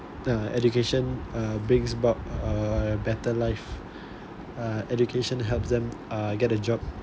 uh education uh brings about uh a better life uh education helps them uh get a job